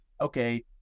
okay